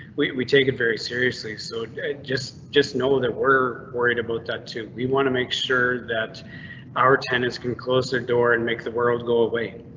we we take it very seriously, so just just know that we're worried about that too. we want to make sure that our tennis can close their door and make the world go away.